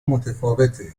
متفاوته